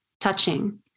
touching